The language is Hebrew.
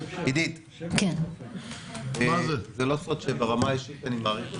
עידית, זה לא סוד שברמה האישית אני מעריך אותך.